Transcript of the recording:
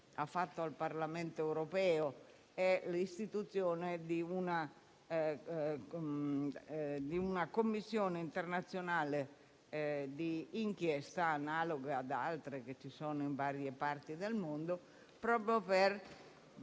hanno fatto al Parlamento europeo è l'istituzione di una commissione internazionale di inchiesta, analoga ad altre che ci sono in varie parti del mondo, per